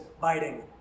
biting